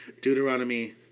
Deuteronomy